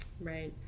Right